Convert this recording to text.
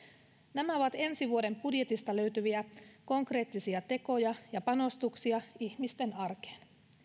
nämä ovat ensi vuoden budjetista löytyviä konkreettisia tekoja ja panostuksia ihmisten arkeen